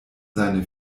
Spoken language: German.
seine